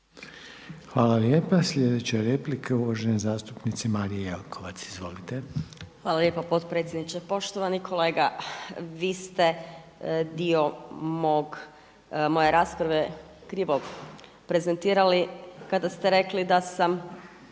Hvala lijepa. Sljedeća je replika uvažene zastupnice Marije Jelkovac. Izvolite. **Jelkovac, Marija (HDZ)** Hvala lijepa potpredsjedniče. Poštovani kolega, vi ste dio moje rasprave krivo prezentirali kada ste rekli da sam